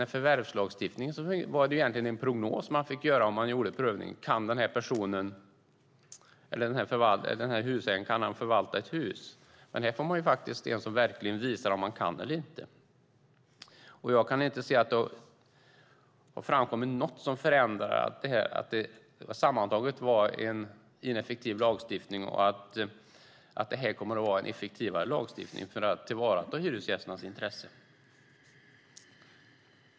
Med förvärvslagstiftningen fick man göra en prognos när man gjorde en prövning: Kan den här husägaren förvalta ett hus? Nu får man i stället visa om man kan det eller inte. Jag kan inte se att det har framkommit något som förändrar intrycket att det vi hade sammantaget var en ineffektiv lagstiftning och att det vi nu har kommer att vara en effektivare lagstiftning för att tillvarata hyresgästernas intressen.